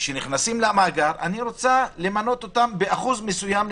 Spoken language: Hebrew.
שנכנסים למאגר, את רוצה למנות באחוז מסוים.